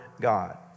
God